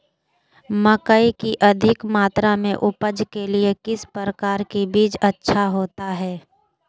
मकई की अधिक मात्रा में उपज के लिए किस प्रकार की बीज अच्छा होता है?